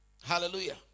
Hallelujah